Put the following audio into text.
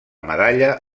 medalla